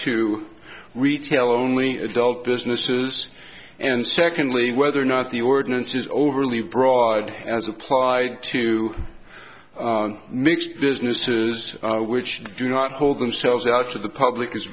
to retail only adult businesses and secondly whether or not the ordinance is overly broad as applied to mixed businesses which do not hold themselves out to the public